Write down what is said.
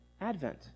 advent